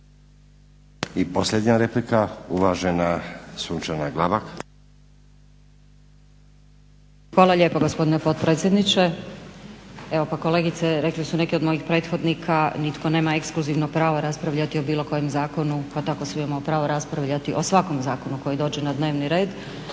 I posljednja replika, uvažena Sunčana Glavak. **Glavak, Sunčana (HDZ)** Hvala lijepa gospodine potpredsjedniče. Evo pa kolegice rekli su neki od mojih prethodnika nitko nema ekskluzivno pravo raspravljati o bilo kojem zakonu pa tako svi imamo pravo raspravljati o svakom zakonu koji dođe na dnevni red